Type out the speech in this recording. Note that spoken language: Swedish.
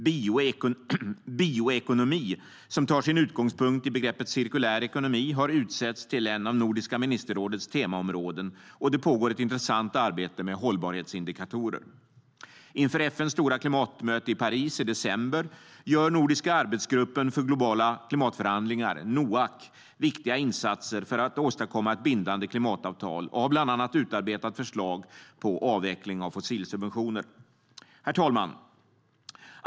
Bioekonomi, som tar sin utgångspunkt i begreppet cirkulär ekonomi, har utsetts till ett av Nordiska ministerrådets temaområden, och det pågår ett intressant arbete med hållbarhetsindikatorer. Inför FN:s stora klimatmöte i Paris i december gör Nordiska arbetsgruppen för globala klimatförhandlingar, NOAK, viktiga insatser för att åstadkomma ett bindande klimatavtal och har bland annat utarbetat förslag på avveckling av fossilsubventioner. Herr talman!